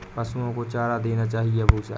पशुओं को चारा देना चाहिए या भूसा?